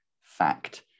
fact